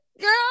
girl